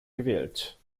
gewählt